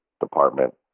department